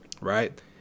right